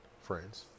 friends